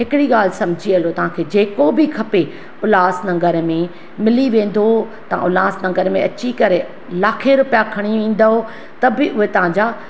हिकिड़ी ॻाल्हि सम्झी हलो तव्हां खे जेको बि खपे उल्हासनगर में मिली वेंदो तव्हां उल्हासनगर में अची करे लाखें रुपया खणी ईंदव त बि उहे तव्हांजा